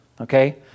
okay